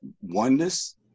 oneness